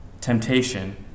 temptation